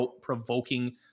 provoking